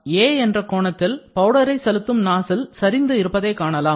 a என்ற கோணத்தில் பவுடரை செலுத்தும் நாசில் சரிந்து இருப்பதை காணலாம்